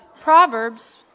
Proverbs